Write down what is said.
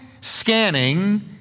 scanning